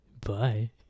bye